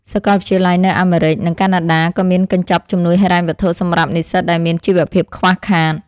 សាកលវិទ្យាល័យនៅអាមេរិក និងកាណាដាក៏មានកញ្ចប់ជំនួយហិរញ្ញវត្ថុសម្រាប់និស្សិតដែលមានជីវភាពខ្វះខាត។